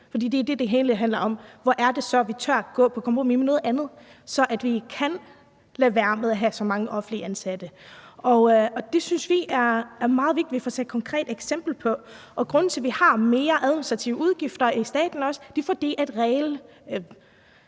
er det så, vi tør at gå på kompromis med noget andet, så vi kan lade være med at have så mange offentligt ansatte? Det synes vi er meget vigtigt at vi får set konkrete eksempler på. Grunden til, at vi også har flere administrative udgifter i staten, er, at regelmageriet